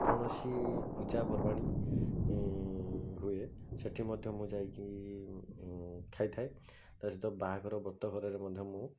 କୌଣସି ପୂଜାପର୍ବାଣୀ ହୁଏ ସେଠି ମଧ୍ୟ ମୁଁ ଯାଇକି ଖାଇଥାଏ ତା ସହିତ ବାହାଘର ବ୍ରତଘରରେ ମଧ୍ୟ ମୁଁ